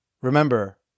remember